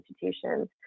institutions